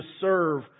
serve